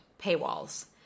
paywalls